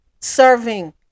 serving